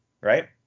Right